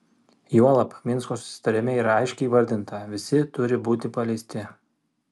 juolab minsko susitarime yra aiškiai įvardinta visi turi būti paleisti